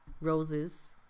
Roses